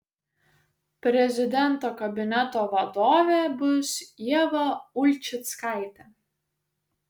prezidento kabineto vadovė bus ieva ulčickaitė